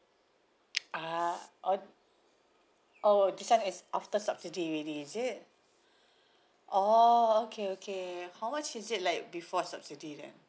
ah oh oh this one is after subsidy already is it oh okay okay how much is it like before subsidy then